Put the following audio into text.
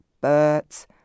birds